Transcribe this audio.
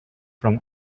from